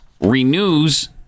renews